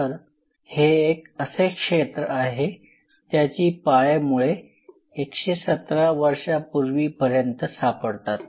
तर हे एक असे क्षेत्र आहे ज्याची पाळेमुळे 117 वर्षांपूर्वी पर्यन्त सापडतात